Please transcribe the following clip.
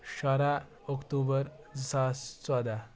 شُراہ اَکتوٗبَر زٕ ساس ژۄداہ